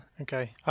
Okay